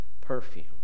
perfume